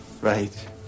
Right